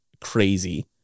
crazy